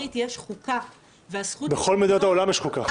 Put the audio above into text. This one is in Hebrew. -- בארצות הברית יש חוקה -- בכל מדינות העולם יש חוקה.